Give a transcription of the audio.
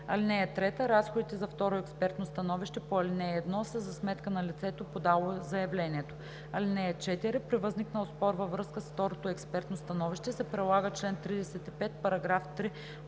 ал. 3. (3) Разходите за второ експертно становище по ал. 1 са за сметка на лицето, подало заявлението. (4) При възникнал спор във връзка с второто експертно становище се прилага чл. 35, параграф 3